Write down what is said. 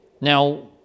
Now